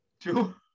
Two